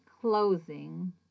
closing